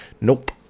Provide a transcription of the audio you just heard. nope